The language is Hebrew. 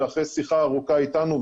ואחרי שיחה ארוכה איתנו,